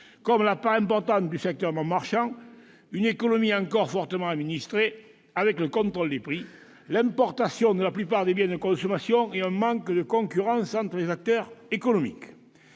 comme la part importante du secteur non marchand, une économie encore fortement administrée, avec le contrôle des prix, l'importation de la plupart des biens de consommation et un manque de concurrence entre les acteurs économiques.